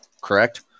Correct